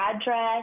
address